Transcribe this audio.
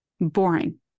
boring